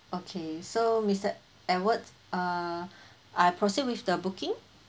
okay so mister edward err I proceed with the booking